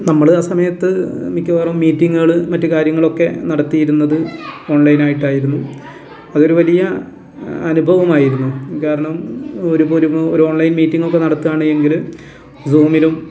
നമ്മൾ ആ സമയത്ത് മിക്കവാറും മീറ്റിംഗുകൾ മറ്റ് കാര്യങ്ങളൊക്കെ നടത്തിയിരുന്നത് ഓൺലൈനായിട്ടായിരുന്നു അതൊരു വലിയ അനുഭവമായിരുന്നു കാരണം ഒരുപൊരു ഒരു ഓൺലൈൻ മീറ്റിങ്ങൊക്കെ നടത്തുകയാണ് എങ്കിൽ സൂമിലും